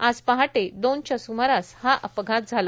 आज पहाटे दोनच्या सुमारास हा अपघात झाला